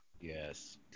Yes